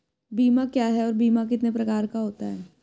बीमा क्या है और बीमा कितने प्रकार का होता है?